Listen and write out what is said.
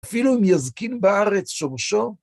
אפילו אם יזקין בארץ שרשו,